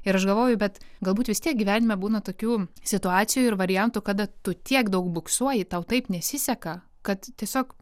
ir aš galvoju bet galbūt vis tiek gyvenime būna tokių situacijų ir variantų kada tu tiek daug buksuoji tau taip nesiseka kad tiesiog